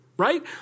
right